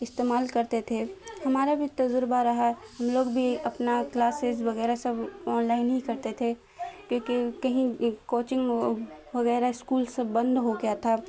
استعمال کرتے تھے ہمارا بھی تزربہ رہا ہم لوگ بھی اپنا کلاسیز وغیرہ سب آن لائن ہی کرتے تھے کیونکہ کہیں کوچنگ وغیرہ اسکول سب بند ہو گیا تھا